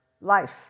life